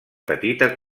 petita